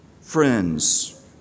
friends